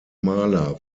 maler